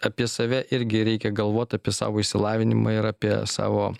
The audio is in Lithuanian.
apie save irgi reikia galvot apie savo išsilavinimą ir apie savo